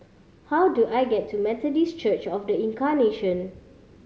how do I get to Methodist Church Of The Incarnation